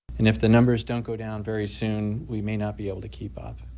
and if the numbers don't go down very soon we may not be able to keep up.